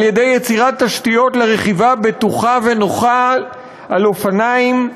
על-ידי יצירת תשתיות לרכיבה בטוחה ונוחה על אופניים,